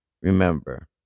Remember